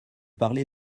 parlez